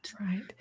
right